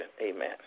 Amen